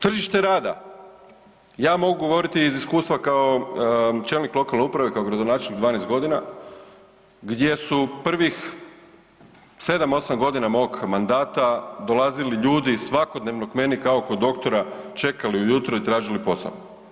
Tržište rada, ja mogu govoriti iz iskustva kao čelnik lokalne uprave, kao gradonačelnik 12 godina, gdje su prvih 7, 8 godina mog mandata dolazili ljudi svakodnevno k meni kao kod doktora, čekali ujutro i tražili posao.